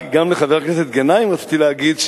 גם לחבר הכנסת גנאים רציתי להגיד,